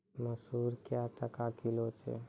मसूर क्या टका किलो छ?